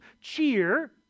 cheer